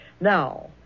Now